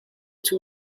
two